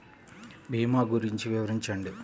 భీమా గురించి వివరించండి?